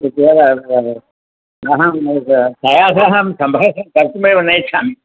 इत्येव अहं तया सह सम्भाषणम् कर्तुमेव न इच्छामि